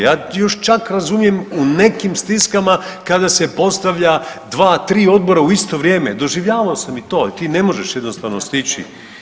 Ja još čak razumijem u nekim stiskama kada se postavlja 2-3 odbora u isto vrijeme doživljavao sam i to jel ti ne možeš jednostavno stići.